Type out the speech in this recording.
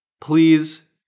please